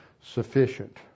sufficient